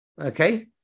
okay